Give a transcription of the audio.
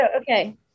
Okay